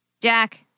Jack